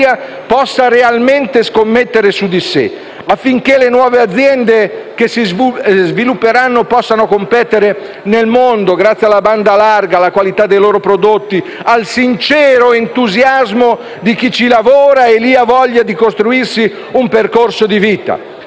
possa realmente scommettere su di sé; affinché le nuove aziende che si svilupperanno possano competere nel mondo, grazie alla banda larga, alla qualità dei loro prodotti, al sincero entusiasmo di chi ci lavora e lì ha voglia di costruirsi un percorso di vita.